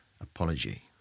apology